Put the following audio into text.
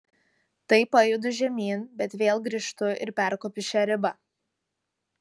tai pajudu žemyn bet vėl grįžtu ir perkopiu šią ribą